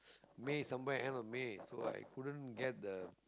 may somewhere end of May so I couldn't get the